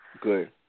Good